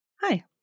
Hi